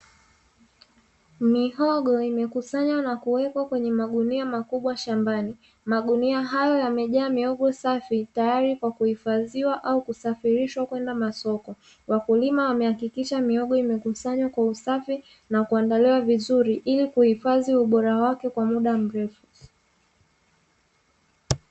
Mihogo imekusanywa na kuwekwa kwenye magunia makubwa shambani, magunia hayo yamejaa mihogo safi tayari kwa kuhifadhiwa au kusafirisha kwenda masoko. Wakulima wamehakikisha mihogo imekusanywa kwa usafi na kuandaliwa vizuri, ili kuhifadhi ubora wake kwa muda mrefu.